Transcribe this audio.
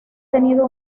tenido